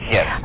Yes